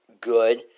good